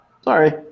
Sorry